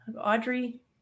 Audrey